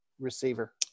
receiver